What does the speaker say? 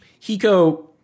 Hiko